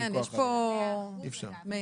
כן, יש פה, מאיר?